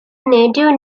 native